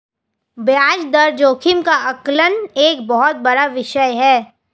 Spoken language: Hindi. ब्याज दर जोखिम का आकलन एक बहुत बड़ा विषय है